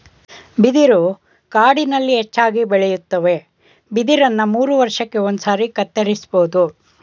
ಬಿದಿರು ಕಾಡಿನಲ್ಲಿ ಹೆಚ್ಚಾಗಿ ಬೆಳೆಯುತ್ವೆ ಬಿದಿರನ್ನ ಮೂರುವರ್ಷಕ್ಕೆ ಒಂದ್ಸಾರಿ ಕತ್ತರಿಸ್ಬೋದು